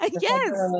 Yes